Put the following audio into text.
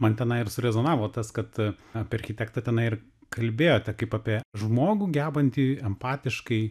man tenai ir surezonavo tas kad na apie architektą tenai ir kalbėjote kaip apie žmogų gebantį empatiškai